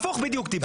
הפוך בדיוק דיברת.